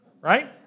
Right